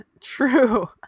true